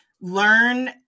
learn